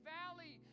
valley